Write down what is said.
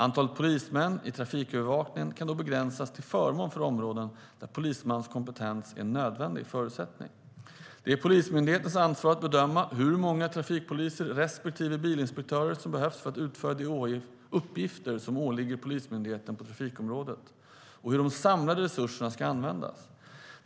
Antalet polismän i trafikövervakningen kan då begränsas till förmån för områden där polismans kompetens är en nödvändig förutsättning. Det är Polismyndighetens ansvar att bedöma hur många trafikpoliser respektive bilinspektörer som behövs för att utföra de uppgifter som åligger Polismyndigheten på trafikområdet och hur den samlade resursen ska användas.